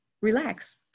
relax